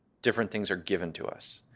different things are given to us.